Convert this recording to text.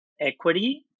equity